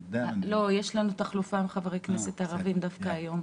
יש לנו תחלופה עם חברי כנסת ערבים דווקא היום.